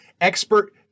expert